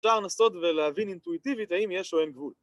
‫אפשר לנסות ולהבין אינטואיטיבית ‫האם יש או אין גבול.